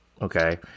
Okay